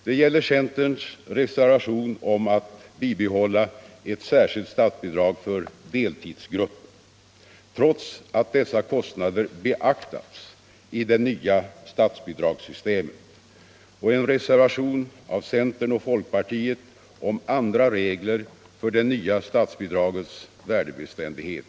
Det gäller centerns reservation om utt bibehålla ett särskilt statsbidrag för deltidsgrupper — trots att dessa kostnader beaktats i det nya stutsbidragssystemet — och en reservation av centern och folkpartiet om andra regler för det nya stutsbidragets värdebeständighet.